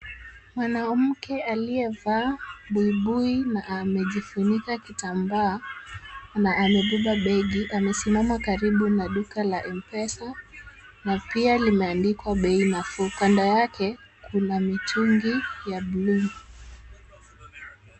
Mwanamke aliyevaa buibui na amejifunika kitambaa na amebeba begi amesimama karibu na duka la mpesa na pia limeandikwa Bei Nafuu, kando yake kuna mitungi ya bluu.